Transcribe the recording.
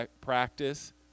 practice